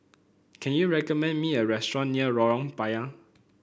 can you recommend me a restaurant near Lorong Payah